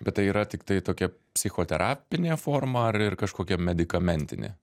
bet tai yra tiktai tokia psichoterapinė forma ar ir kažkokia medikamentinė